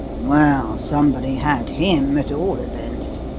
well, somebody had him, at all events.